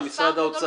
מטפלים.